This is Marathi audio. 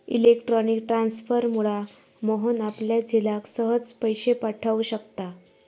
इलेक्ट्रॉनिक ट्रांसफरमुळा मोहन आपल्या झिलाक सहज पैशे पाठव शकता